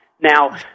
Now